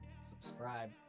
subscribe